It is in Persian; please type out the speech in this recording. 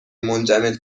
منجمد